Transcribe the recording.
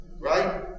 Right